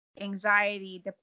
anxiety